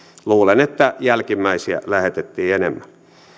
luulen että jälkimmäisiä lähetettiin enemmän